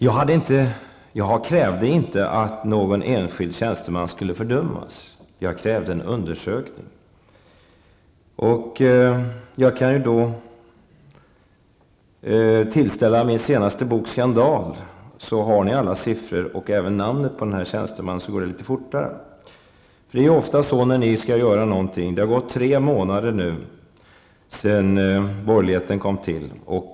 Jag krävde inte att någon enskild tjänsteman skulle fördömas. Jag krävde en undersökning. Jag kan tillställa er min senaste bok Skandal. Där har ni alla siffror och även namnet på tjänstemannen, så det går litet fortare. Det är ofta så här när ni skall göra någonting. Det har nu gått tre månader sedan borgerligheten kom till makten.